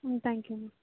ம் தேங்க் யூம்மா